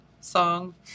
song